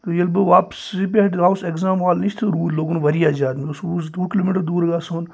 ییٚلہِ بہٕ واپَسی پٮ۪ٹھ درٛاوُس ایٚکزام حال نِش تہٕ روٗد لوگُن وارِیاہ زیادٕ مےٚ اوس وُہ زٕتووُہ کِلوٗ میٖٹَر دوٗر گَژھُن